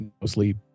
mostly